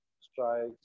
strikes